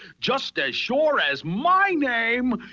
just as sure as my name